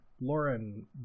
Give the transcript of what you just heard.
Lauren